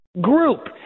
group